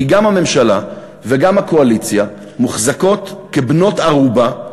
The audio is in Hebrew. כי גם הממשלה וגם הקואליציה מוחזקות כבנות-ערובה,